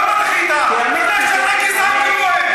למה דחית, כי אמרתי, אתה לא סובל מהם,